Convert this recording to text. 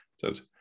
says